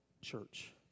church